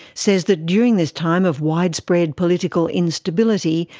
says that during this time of widespread political instability,